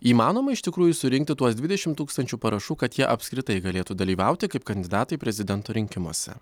įmanoma iš tikrųjų surinkti tuos dvidešimt tūkstančių parašų kad jie apskritai galėtų dalyvauti kaip kandidatai prezidento rinkimuose